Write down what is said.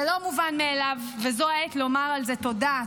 זה לא מובן מאליו, וזו העת לומר על זה תודה.